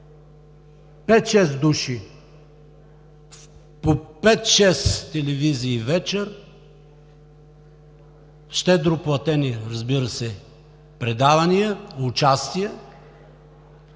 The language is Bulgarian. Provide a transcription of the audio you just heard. души в по пет-шест телевизии вечер, щедро платени, разбира се, предавания, участия,